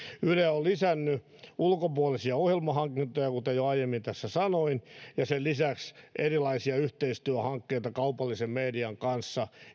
yle on lisännyt ulkopuolisia ohjelmahankintoja kuten jo aiemmin tässä sanoin ja sen lisäksi erilaisia yhteistyöhankkeita kaupallisen median kanssa